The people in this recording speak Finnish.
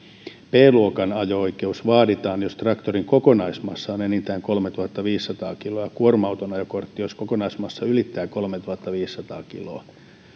b luokan ajo oikeus vaaditaan jos traktorin kokonaismassa on enintään kolmetuhattaviisisataa kiloa ja kuorma auton ajokortti jos kokonaismassa ylittää kolmetuhattaviisisataa kiloa